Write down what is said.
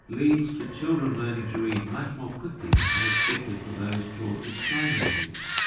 leads to children learning to read much more quickly than expected for those taught with sign language.